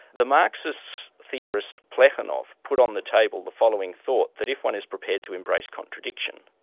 the marxist theorist plekanov put on the table the following thought that if one is prepared to embrace contradiction,